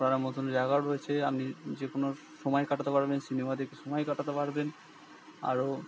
ঘোরার মতোন জায়গাও রয়েছে আপনি যে কোনো সময় কাটাতে পারবেন সিনেমা দেখে সময় কাটাতে পারবেন আরও